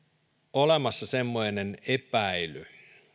olemassa semmoinen epäily